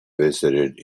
visited